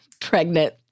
pregnant